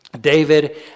david